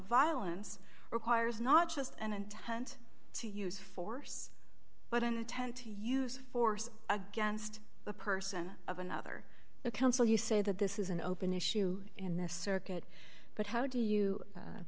violence requires not just an intent to use force but an intent to use force against the person of another the council you say that this is an open issue in this circuit but how do you